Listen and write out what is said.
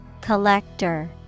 Collector